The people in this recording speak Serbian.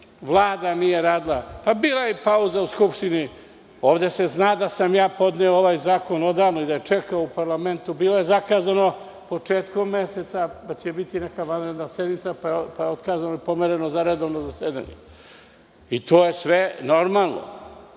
Vlada nije radila. Pa, bila je pauza u Skupštini. Ovde se zna da sam ja podneo ovaj zakon odavno i da je čekao u parlamentu. Bilo je zakazano početkom meseca da će biti neka vanredna sednica, pa je otkazano i pomereno za redovno zasedanje. To je sve normalno. Ne